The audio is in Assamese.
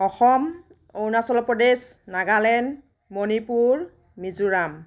অসম অৰুণাচল প্ৰদেশ নাগালেণ্ড মণিপুৰ মিজোৰাম